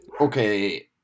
Okay